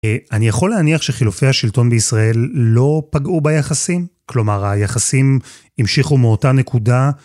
אני יכול להניח שחילופי השלטון בישראל לא פגעו ביחסים, כלומר היחסים המשיכו מאותה נקודה.